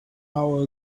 hour